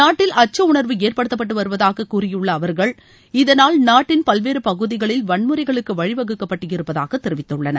நாட்டில் அச்ச உணர்வு ஏற்படுத்தப்பட்டு வருவதாக கூறியுள்ள அவர்கள் இதனால் நாட்டின் பல்வேறு பகுதிகளில் வன்முறைகளுக்கு வழி வகுக்கப்பட்டு இருப்பதாக தெரிவித்துள்ளனர்